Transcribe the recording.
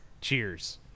Cheers